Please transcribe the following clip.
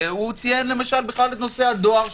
והוא ציין למשל את נושא הדואר,